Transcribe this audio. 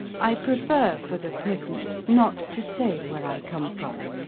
i prefer for the present not to say where i come from.